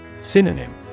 Synonym